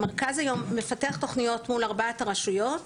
המרכז היום מפתח תוכניות מול ארבע הרשויות.